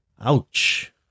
Ouch